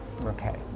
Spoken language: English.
Okay